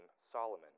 Solomon